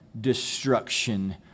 destruction